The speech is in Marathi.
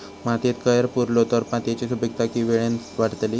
मातयेत कैर पुरलो तर मातयेची सुपीकता की वेळेन वाडतली?